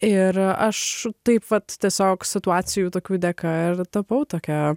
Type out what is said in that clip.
ir aš taip pat tiesiog situacijų tokių dėka aš tapau tokia